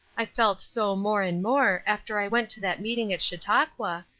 i felt so more and more, after i went to that meeting at chautauqua,